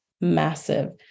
massive